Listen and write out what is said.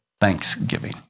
thanksgiving